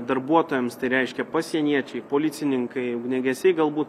darbuotojams tai reiškia pasieniečiai policininkai ugniagesiai galbūt